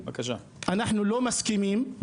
אנחנו לא מסכימים,